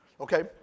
Okay